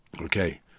Okay